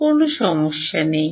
কোনও সমস্যা নেই